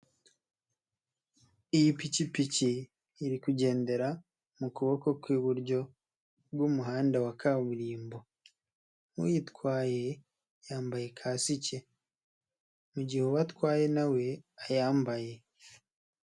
Iyi pikipiki iri kugendera mu kuboko kw'iburyo bw'umuhanda wa kaburimbo, uyitwaye yambaye kasike, mu gihe uwo atwaye na we ayambaye.